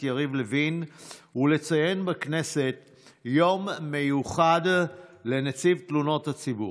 יריב לוין ולציין בכנסת יום מיוחד לנציב תלונות הציבור.